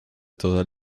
todas